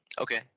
Okay